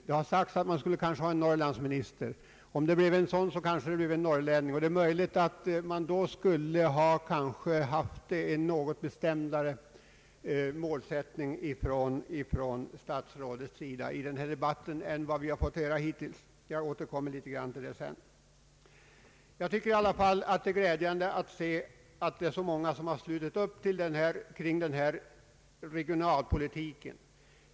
Det har sagts att man kanske skulle ha en Norrlandsminister. I så fall kanske det blev en norrlänning, och det är möjligt att det statsrådet då skulle ha haft en något mer bestämd målsättning i denna debatt än vad vi har fått höra hittills. Jag vill säga att detta är ingen kritik mot statsrådet Holmqvist personligen. Det är glädjande att se att så många har slutit upp kring denna regionalpolitik.